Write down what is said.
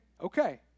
okay